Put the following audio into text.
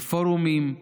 בפורומים,